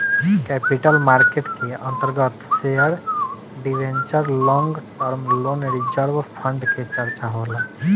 capital market के अंतर्गत share debenture long term loan reserve fund के चर्चा होला